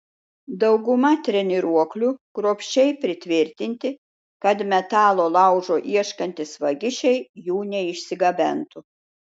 dauguma treniruoklių kruopščiai pritvirtinti kad metalo laužo ieškantys vagišiai jų neišsigabentų